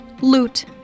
loot